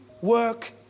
work